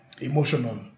emotional